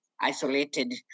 isolated